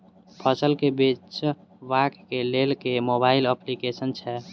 फसल केँ बेचबाक केँ लेल केँ मोबाइल अप्लिकेशन छैय?